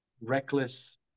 reckless